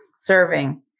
serving